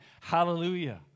Hallelujah